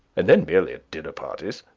and then merely at dinner parties.